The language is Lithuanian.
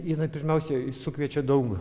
jinai pirmiausiai sukviečia daug